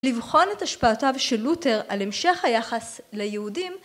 לבחון את השפעתיו של לותר על המשך היחס ליהודים